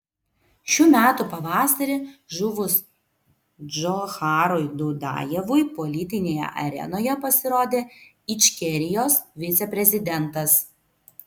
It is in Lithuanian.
šių metų pavasarį žuvus džocharui dudajevui politinėje arenoje pasirodė ičkerijos viceprezidentas